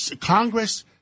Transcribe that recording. Congress